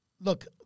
look